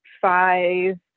five